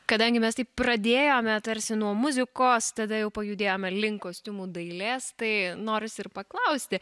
kadangi mes taip pradėjome tarsi nuo muzikos tada jau pajudėjome link kostiumų dailės tai norisi ir paklausti